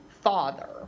father